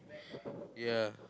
ya